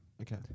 Okay